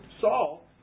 Saul